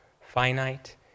finite